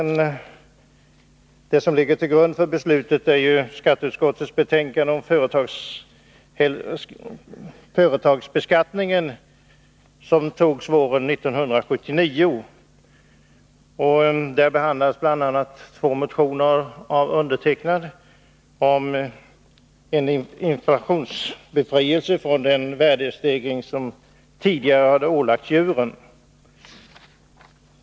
Det som ligger till grund för riksdagsbeslutet, som togs våren 1979, är skatteutskottets betänkande om ändrad företagsbeskattning. Där behandlades bl.a. två motioner, med mig som första namn, om befrielse från den beskattning av värdestegring för stamdjur som gällt tidigare.